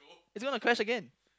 it's gonna crash again